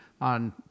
on